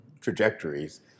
trajectories